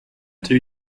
two